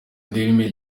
dailymail